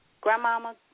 grandmama